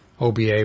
OBA